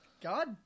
God